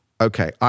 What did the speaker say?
Okay